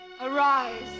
Arise